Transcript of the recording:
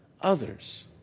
others